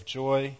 joy